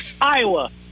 Iowa